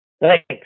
Thanks